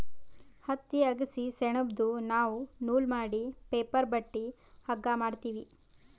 ಹತ್ತಿ ಅಗಸಿ ಸೆಣಬ್ದು ನಾವ್ ನೂಲ್ ಮಾಡಿ ಪೇಪರ್ ಬಟ್ಟಿ ಹಗ್ಗಾ ಮಾಡ್ತೀವಿ